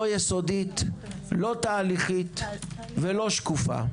לא יסודית, לא תהליכית ולא שקופה.